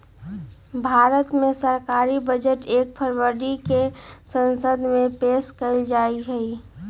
भारत मे सरकारी बजट एक फरवरी के संसद मे पेश कइल जाहई